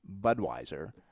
Budweiser